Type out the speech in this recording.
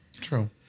True